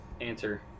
answer